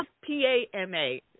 P-A-M-A